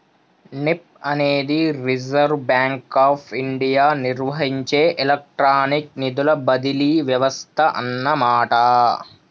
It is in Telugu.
నెప్ప్ అనేది రిజర్వ్ బ్యాంక్ ఆఫ్ ఇండియా నిర్వహించే ఎలక్ట్రానిక్ నిధుల బదిలీ వ్యవస్థ అన్నమాట